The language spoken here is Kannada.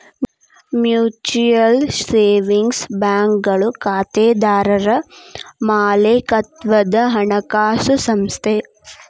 ಮ್ಯೂಚುಯಲ್ ಸೇವಿಂಗ್ಸ್ ಬ್ಯಾಂಕ್ಗಳು ಖಾತೆದಾರರ್ ಮಾಲೇಕತ್ವದ ಹಣಕಾಸು ಸಂಸ್ಥೆ